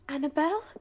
Annabelle